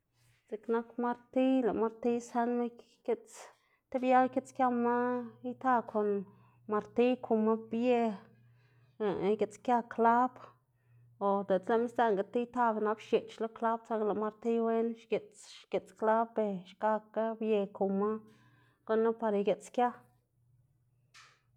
ziꞌk nak martiy lëꞌ martiy sënma i- ikiꞌts tib yag ikiꞌtskiama ita kon martiy kuma bië igiꞌtskia klab o diꞌltsa lëꞌma sdzëꞌnga ti ita nap xieꞌch lo klab, saꞌnga lëꞌ martiy wen xgiꞌts xgiꞌts klab, ber xkakga bië kuma gunu par igiꞌtskia.